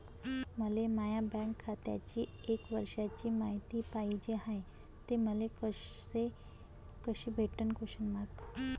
मले माया बँक खात्याची एक वर्षाची मायती पाहिजे हाय, ते मले कसी भेटनं?